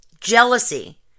jealousy